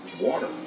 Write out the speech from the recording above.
Water